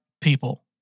people